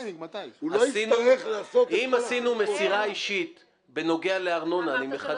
אם עשינו מסירה אישית בנוגע לארנונה --- אמרת